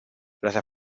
gracias